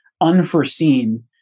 unforeseen